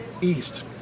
east